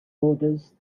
orders